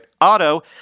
Auto